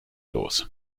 los